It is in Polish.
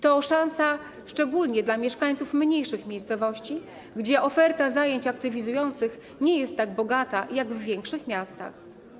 To szansa szczególnie dla mieszkańców mniejszych miejscowości, gdzie oferta zajęć aktywizujących nie jest tak bogata jak w większych miastach.